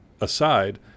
aside